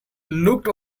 looked